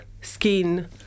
skin